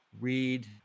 read